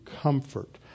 comfort